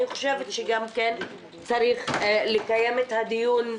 אני חושבת שצריך לקיים את הדיון.